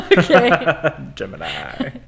gemini